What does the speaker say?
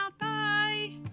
Bye